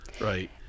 right